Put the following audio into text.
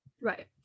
right